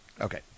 Okay